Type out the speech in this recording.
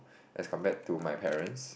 as compared to my parents